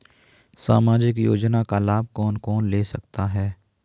सामाजिक योजना का लाभ कौन कौन ले सकता है?